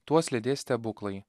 tuos lydės stebuklai